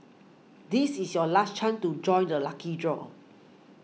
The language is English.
this is your last chance to join the lucky draw